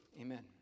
Amen